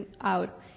out